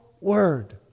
Word